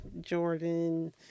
Jordan